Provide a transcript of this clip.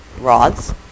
rods